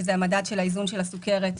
שזה מדד איזון הסוכרת,